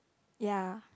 ya